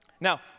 Now